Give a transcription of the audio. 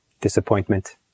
disappointment